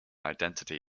identity